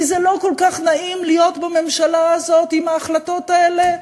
כי זה לא כל כך נעים להיות בממשלה הזאת עם ההחלטות האלה?